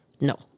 no